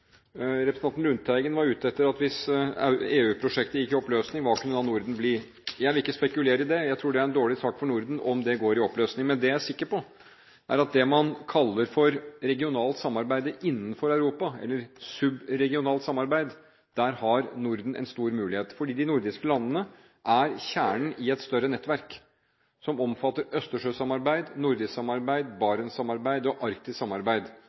Representanten Lundteigen var ute etter hva Norden kunne bli hvis EU-prosjektet gikk i oppløsning. Jeg vil ikke spekulere i det. Jeg tror det er en dårlig sak for Norden om EU-prosjektet går i oppløsning. Men det jeg er sikker på, er at i det man kaller regionalt samarbeid innenfor Europa – subregionalt samarbeid – har Norden en stor mulighet. De nordiske landene er kjernen i et større nettverk som omfatter østersjøsamarbeid, nordisk samarbeid, Barentssamarbeid og